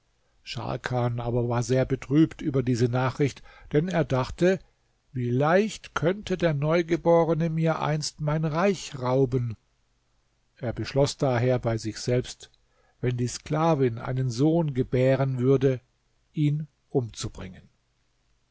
scharkan aber war sehr betrübt über diese nachricht denn er dachte wie leicht könnte der neugeborene mir einst mein reich rauben er beschloß daher bei sich selbst wenn die sklavin einen sohn gebären würde ihn umzubringen